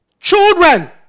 Children